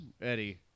Eddie